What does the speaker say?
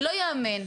לא ייאמן.